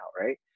right